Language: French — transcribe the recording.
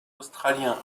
australien